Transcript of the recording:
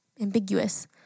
ambiguous